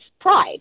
pride